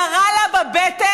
ירה לה בבטן,